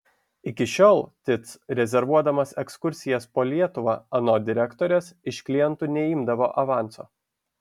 iki šiol tic rezervuodamas ekskursijas po lietuvą anot direktorės iš klientų neimdavo avanso